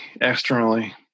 externally